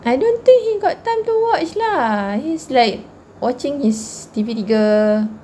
I don't think he got time to watch lah he's like watching his T_V tiga